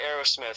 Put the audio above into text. Aerosmith